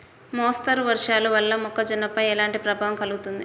మోస్తరు వర్షాలు వల్ల మొక్కజొన్నపై ఎలాంటి ప్రభావం కలుగుతుంది?